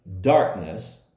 darkness